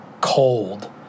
cold